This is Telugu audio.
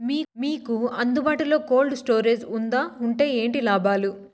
మీకు అందుబాటులో బాటులో కోల్డ్ స్టోరేజ్ జే వుందా వుంటే ఏంటి లాభాలు?